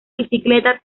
bicicleta